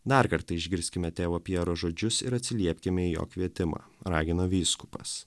dar kartą išgirskime tėvo pjero žodžius ir atsiliepkime į jo kvietimą ragino vyskupas